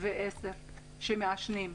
ועשר שמעשנים.